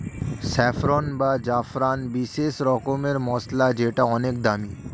saffron বা জাফরান বিশেষ রকমের মসলা যেটা অনেক দামি